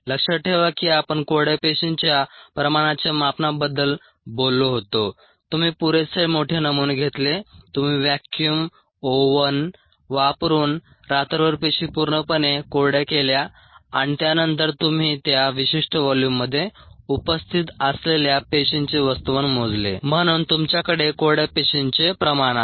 लक्षात ठेवा की आपण कोरड्या पेशींच्या प्रमाणाच्या मापनाबद्दल बोललो होतो तुम्ही पुरेसे मोठे नमुने घेतले तुम्ही व्हॅक्यूम ओव्हन वापरून रात्रभर पेशी पूर्णपणे कोरड्या केल्या आणि त्यानंतर तुम्ही त्या विशिष्ट व्हॉल्यूममध्ये उपस्थित असलेल्या पेशींचे वस्तुमान मोजले म्हणून तुमच्याकडे कोरड्या पेशींचे प्रमाण आहे